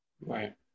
Right